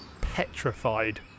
petrified